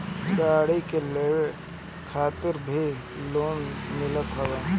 गाड़ी लेवे खातिर भी लोन मिलत हवे